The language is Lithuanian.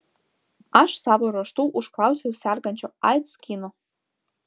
aš savo ruožtu užklausiau sergančio aids kino